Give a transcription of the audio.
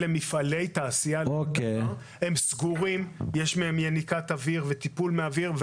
אלה מפעלי תעשיה שסגורים שיש מהם יניקת אוויר וטיפול מהאוויר.